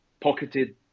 pocketed